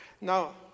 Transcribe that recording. Now